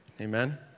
Amen